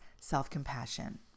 self-compassion